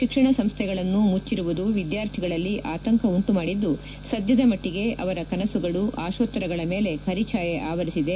ಶಿಕ್ಷಣ ಸಂಸ್ಥೆಗಳನ್ನು ಮುಟ್ಟರುವುದು ವಿದ್ಯಾರ್ಥಿಗಳಲ್ಲಿ ಆತಂಕ ಉಂಟು ಮಾಡಿದ್ದು ಸದ್ದದ ಮಟ್ಟಿಗೆ ಅವರ ಕನಸುಗಳು ಆಶೋತ್ತರಗಳ ಮೇಲೆ ಕರಿಛಾಯೆ ಆವರಿಸಿದೆ